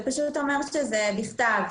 זה פשוט אומר שזה נכתב,